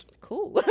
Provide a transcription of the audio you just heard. cool